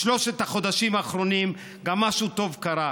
בשלושת החודשים האחרונים גם משהו טוב קרה,